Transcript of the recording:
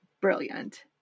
brilliant